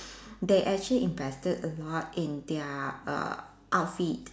they actually invested a lot in their err outfit